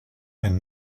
and